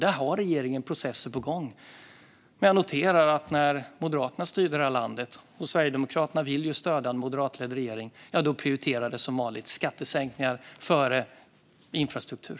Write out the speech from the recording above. Där har regeringen processer på gång. Jag noterar dock att när Moderaterna styrde det här landet - och Sverigedemokraterna vill ju stödja en moderatledd regering - prioriterades som vanligt skattesänkningar före infrastruktur.